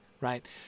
right